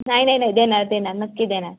नाही नाही नाही देणार देणार नक्की देणार